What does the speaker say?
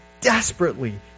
desperately